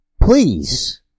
Please